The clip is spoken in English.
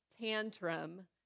tantrum